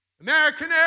American